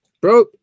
bro